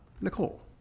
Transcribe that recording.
Nicole